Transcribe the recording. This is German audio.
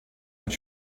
als